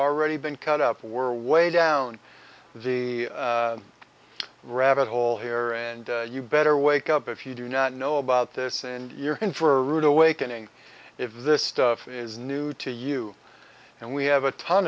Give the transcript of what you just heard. already been cut up we're way down the rabbit hole here and you better wake up if you do not know about this and you're in for a rude awakening if this is new to you and we have a ton